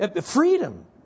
Freedom